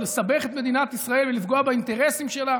ולסבך את מדינת ישראל ולפגוע באינטרסים שלה.